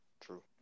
True